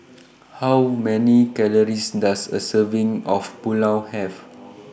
How Many Calories Does A Serving of Pulao Have